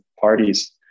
parties